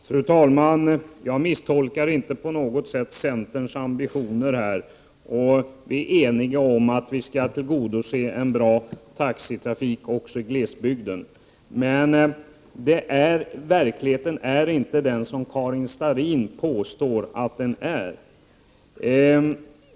Fru talman! Jag misstolkar inte på något sätt centerns ambitioner. Vi är eniga om att det gäller att tillgodose behovet av en bra taxitrafik, också i glesbygden. Men verkligheten är inte den som Karin Starrin påstår.